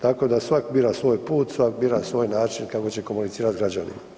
Tako da svak bira svoj put, svak bira svoj način kako će komunicirati s građanima.